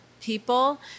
people